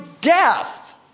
death